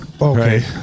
Okay